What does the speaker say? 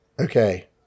Okay